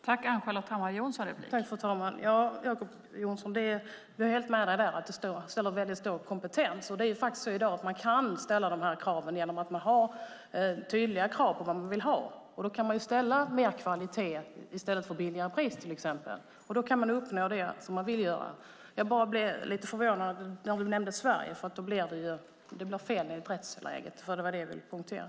Fru talman! Jag håller med dig, Jacob Johnson, om att det ställer stora krav på kompetens. I dag kan man ställa dessa krav genom att man har tydliga krav på vad man vill ha. Då kan man ju fråga efter bättre kvalitet i stället för till exempel lägre pris. Då kan man uppnå det man vill. Jag bara blev lite förvånad när du nämnde Sverige, för då blir det fel enligt rättsläget. Det var det jag ville poängtera.